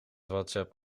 whatsapp